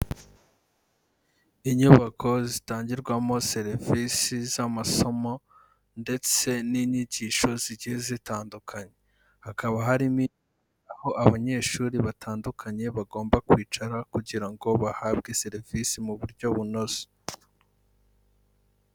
Inyubako zitangirwamo serivisi z'amasomo ndetse n'inyigisho zigiye zitandukanye. Hakaba harimo aho abanyeshuri batandukanye bagomba kwicara kugira ngo bahabwe serivisi mu buryo bunoze.